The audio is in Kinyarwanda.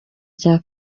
cya